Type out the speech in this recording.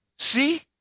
See